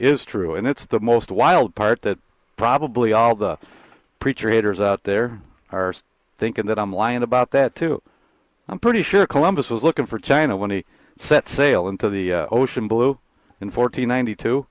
is true and it's the most wild part that probably all the preacher haters out there are thinking that i'm lying about that too i'm pretty sure columbus was looking for china when he set sail into the ocean blue in fourteen ninety two